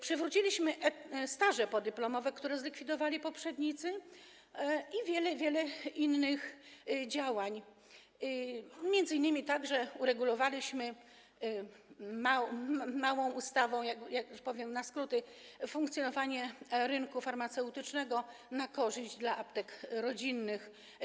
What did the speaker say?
Przywróciliśmy staże podyplomowe, które zlikwidowali poprzednicy i podjęliśmy wiele innych działań, m.in. uregulowaliśmy małą ustawą, że tak powiem na skróty, funkcjonowanie rynku farmaceutycznego z korzyścią dla aptek rodzinnych.